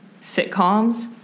sitcoms